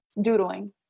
doodling